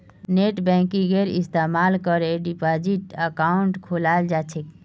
नेटबैंकिंगेर इस्तमाल करे डिपाजिट अकाउंट खोलाल जा छेक